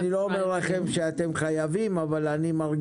אני לא אומר שהם חייבים אבל מרגיש